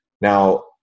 Now